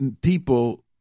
people